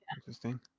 Interesting